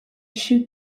shoot